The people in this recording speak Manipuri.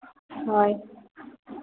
ꯍꯣꯏ